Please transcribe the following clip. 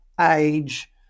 age